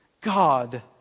God